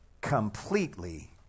completely